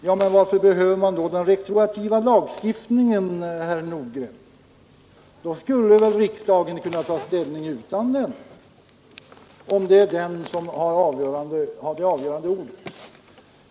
Ja, men varför behöver man då den retroaktiva lagstiftningen, herr Nordgren? Om riksdagen har det avgörande ordet, kan väl riksdagen ta ställning utan denna lagstiftning.